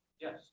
Yes